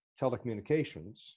telecommunications